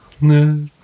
No